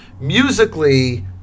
musically